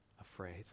afraid